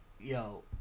Yo